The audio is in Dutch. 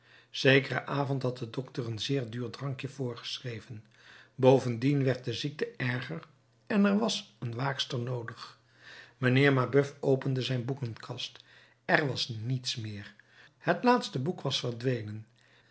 zekeren avond had de dokter een zeer duur drankje voorgeschreven bovendien werd de ziekte erger en er was een waakster noodig mijnheer mabeuf opende zijn boekenkast er was niets meer het laatste boek was verdwenen